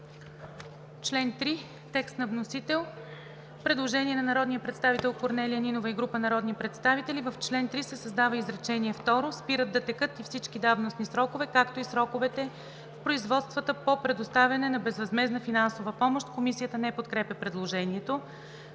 Член 3 – текст на вносител. Предложение от народния представител Корнелия Нинова и група народни представители: „В чл. 3 се създава изречение второ: „Спират да текат и всички давностни срокове, както и сроковете в производствата по предоставяне на безвъзмездна финансова помощ.“ Комисията не подкрепя предложението.